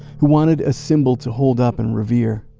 who wanted a symbol to hold up and revere,